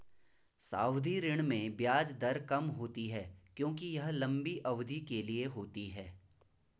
सावधि ऋण में ब्याज दर कम होती है क्योंकि यह लंबी अवधि के लिए होती है